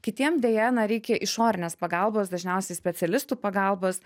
kitiem deja na reikia išorinės pagalbos dažniausiai specialistų pagalbos